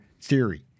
theory